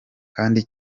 kandi